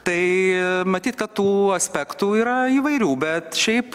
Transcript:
tai matyt kad tų aspektų yra įvairių bet šiaip